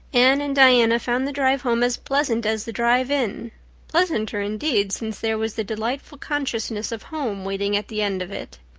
anne and diana found the drive home as pleasant as the drive in pleasanter, indeed, since there was the delightful consciousness of home waiting at the end of it.